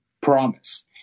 promise